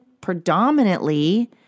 predominantly